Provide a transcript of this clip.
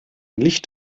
licht